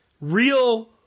real